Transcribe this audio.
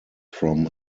from